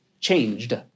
changed